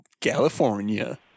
California